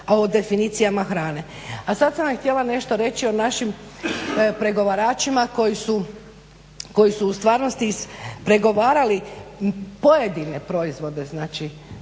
o definicijama hrane. A sad sam vam htjela nešto reći o našim pregovaračima koji su u stvarnosti ispregovarali pojedine proizvode, znači